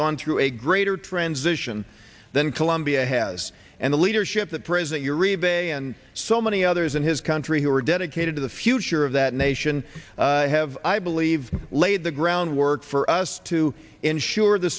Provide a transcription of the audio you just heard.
gone through a greater transition than colombia has and the leadership that present your rebate and so many others in his country who are dedicated to the future of that nation have i believe laid the groundwork for us to ensure the